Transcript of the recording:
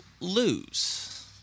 lose